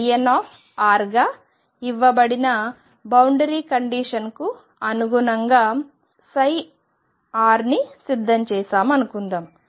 గా ఇవ్వబడిన బౌండరీ కండిషన్కు అనుగుణంగా ψని సిద్ధం చేసాము అనుకుందాం